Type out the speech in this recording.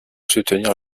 soutenir